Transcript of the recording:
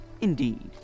Indeed